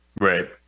Right